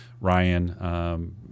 Ryan